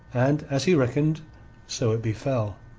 and as he reckoned so it befell.